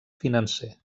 financer